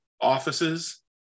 offices